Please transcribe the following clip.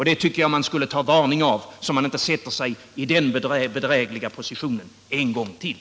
Det borde man ta varning av, så att man inte försätter sig i samma bedrägliga position en gång till.